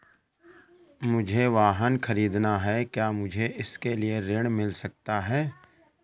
मुझे वाहन ख़रीदना है क्या मुझे इसके लिए ऋण मिल सकता है?